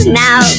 now